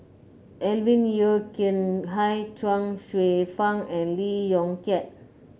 Alvin Yeo Khirn Hai Chuang Hsueh Fang and Lee Yong Kiat